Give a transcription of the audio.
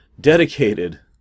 dedicated